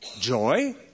Joy